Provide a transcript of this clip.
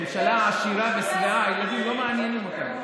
ממשלה עשירה ושבעה, הילדים לא מעניינים אותה.